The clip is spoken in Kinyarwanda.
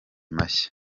mashya